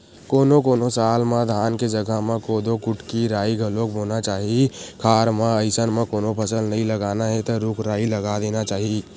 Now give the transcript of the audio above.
कोनो कोनो साल म धान के जघा म कोदो, कुटकी, राई घलोक बोना चाही खार म अइसन कोनो फसल नइ लगाना हे त रूख राई लगा देना चाही